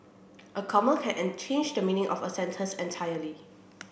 a comma can unchanged the meaning of a sentence entirely